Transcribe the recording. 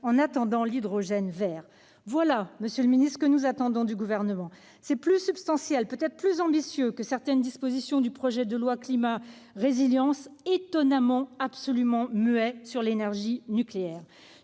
en attendant l'hydrogène vert. Voilà, monsieur le ministre, ce que nous attendons du Gouvernement. C'est plus substantiel et, peut-être, plus ambitieux que certaines dispositions du projet de loi Climat et résilience, dont on peut s'étonner qu'il soit absolument muet sur l'énergie nucléaire.